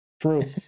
True